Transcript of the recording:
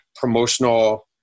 promotional –